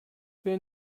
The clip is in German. wer